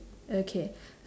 okay